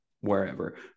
wherever